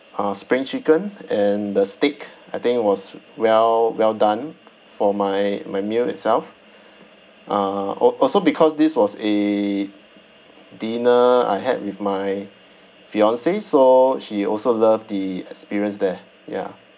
uh spring chicken and the steak I think it was well well done for my my meal itself uh al~ also because this was a dinner I had with my fiancee so she also love the experience there ya